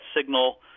signal